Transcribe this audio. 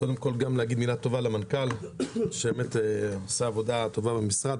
קודם כל גם להגיד מילה טובה למנכ"ל שבאמת עושה עבודה טובה במשרד,